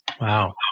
Wow